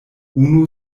unu